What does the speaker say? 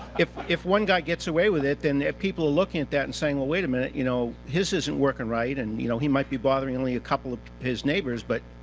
if if one guy gets away with it, and if people are looking at that and saying, wait a minute, you know his isn't working right, and you know he might be bothering only a couple of his neighbors, but,